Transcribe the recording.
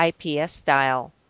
IPS-style